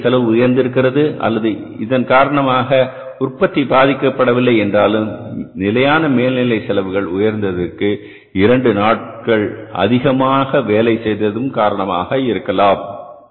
எனவே இந்த செலவு உயர்ந்திருக்கிறது அல்லது இதன் ஒரு காரணமாக உற்பத்தி பாதிக்கப்படவில்லை என்றாலும் நிலையான மேல்நிலை செலவுகள் உயர்ந்ததற்கு இரண்டு நாட்கள் அதிகமாக வேலை செய்ததற்கான காரணமாக இருக்கலாம்